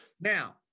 Now